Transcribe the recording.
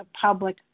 public